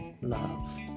love